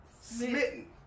Smitten